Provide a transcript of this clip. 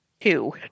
two